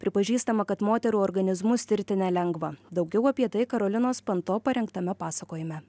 pripažįstama kad moterų organizmus tirti nelengva daugiau apie tai karolinos panto parengtame pasakojime